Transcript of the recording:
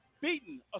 beaten